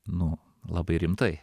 nu labai rimtai